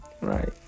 Right